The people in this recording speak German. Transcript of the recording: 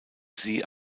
sie